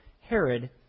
Herod